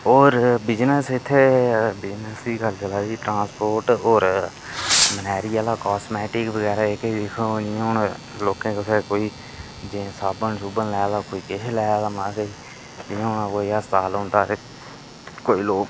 होर बिजनेस इत्थै बिजनेस दी गल्ल चला दी ट्रांसपोर्ट होर मनेयारी आह्ला कास्मैटिक बगैरा एह् के जि'यां हून लोकें कुसै कोई जि'यां साबन सुबन लै दा कोई केश लै दा मार्केट जि'यां कोई अस्पताल औंदा ते कोई लोग